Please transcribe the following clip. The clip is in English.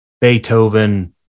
Beethoven